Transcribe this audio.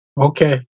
Okay